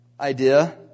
idea